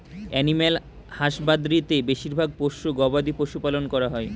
animal husbandry তে বেশিরভাগ পোষ্য গবাদি পশু পালন করা হয়